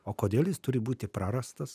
o kodėl jis turi būti prarastas